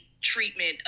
treatment